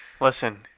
Listen